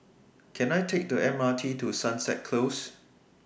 Can I Take The MRT to Sunset Close